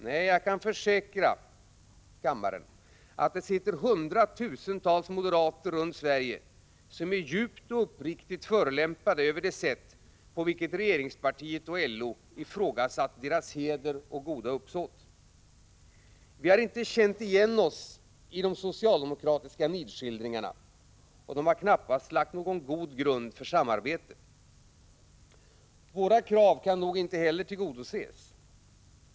Nej, jag kan försäkra kammaren att det runt om i Sverige sitter hundratusentals moderater som är djupt och uppriktigt förolämpade av det sätt på vilket regeringspartiet och LO ifrågasatt deras heder och goda uppsåt. Vi har inte känt igen oss i de socialdemokratiska nidskildringarna, och de har knappast lagt någon god grund för samarbete. Våra krav kan nog inte heller tillgodoses.